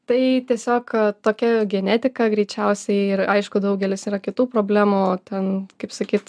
tai tiesiog tokia genetika greičiausiai ir aišku daugelis yra kitų problemų ten kaip sakyt